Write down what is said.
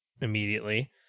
immediately